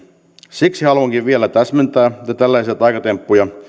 siksi haluankin vielä täsmentää että tällaisia taikatemppuja